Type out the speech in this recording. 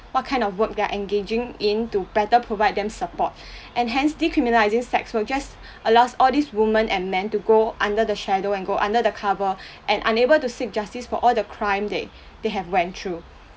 what kind of work they are engaging in to better provide them support and hence decriminalising sex work just allows all these women and men to go under the shadow and go under the cover and unable to seek justice for all the crime they they have went through